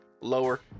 lower